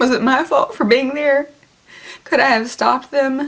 was it my fault for being there i could have stopped them